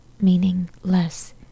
meaningless